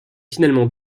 finalement